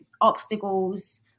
obstacles